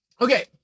Okay